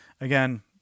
Again